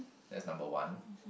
that's number one